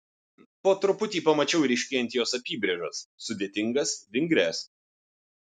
po truputį pamačiau ryškėjant jos apybrėžas sudėtingas vingrias